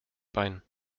bein